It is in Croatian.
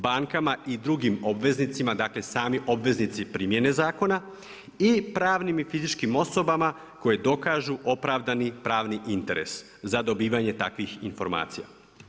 Bankama i drugim obveznicima, dakle, sami obveznici primjene zakona i pravnim i fizičkim osobama koji dokažu opravdani pravni interes za dobivanje takvih informacija.